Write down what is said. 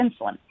insulin